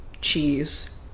cheese